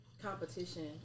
Competition